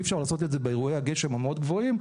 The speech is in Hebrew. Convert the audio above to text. אי אפשר לעשות את זה באירועי הגשם המאוד גבוהים,